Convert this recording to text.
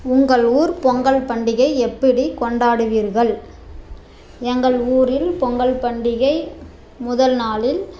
உங்கள் ஊர் பொங்கல் பண்டிகை எப்படி கொண்டாடுவீர்கள் எங்கள் ஊரில் பொங்கல் பண்டிகை முதல் நாளில்